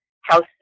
house